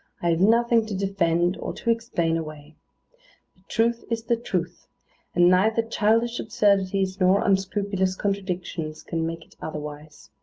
i have nothing to defend, or to explain away. the truth is the truth and neither childish absurdities, nor unscrupulous contradictions, can make it otherwise.